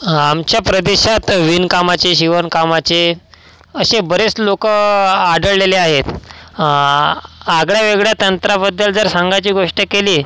आमच्या प्रदेशात विणकामाचे शिवणकामाचे असे बरेच लोकं आढळलेले आहेत आगळ्यावेगळ्या तंत्राबद्दल जर सांगायची गोष्ट केली